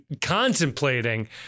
contemplating